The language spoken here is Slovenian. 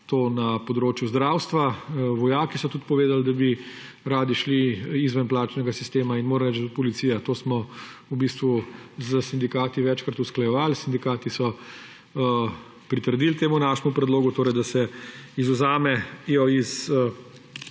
na področju zdravstva, vojaki so tudi povedali, da bi radi šli iz plačnega sistema in moram reči, da tudi policija. To smo v bistvu s sindikati večkrat usklajevali. Sindikati so pritrdili temu našemu predlogu, da se izvzamejo iz